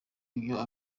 ibyo